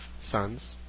sons